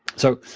so,